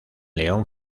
león